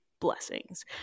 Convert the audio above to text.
blessings